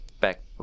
back